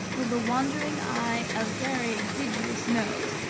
with a wandering eye, a very exiguous nose,